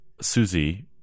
Susie